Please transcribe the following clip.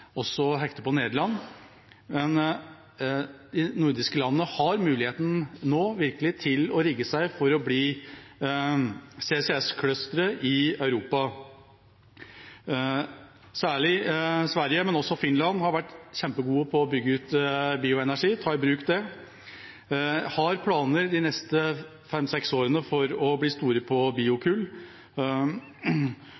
også å hekte på Nederland. De nordiske landene har nå virkelig muligheten til å rigge seg til å bli CCS-clusteret i Europa. Særlig Sverige, men også Finland, har vært kjempegode på å bygge ut og ta i bruk bioenergi, og de har planer de neste fem–seks årene om å bli store på